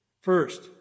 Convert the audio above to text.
First